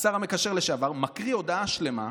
והשר המקשר לשעבר מקריא הודעה שלמה.